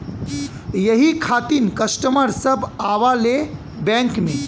यही खातिन कस्टमर सब आवा ले बैंक मे?